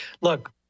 look